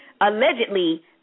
allegedly